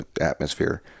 atmosphere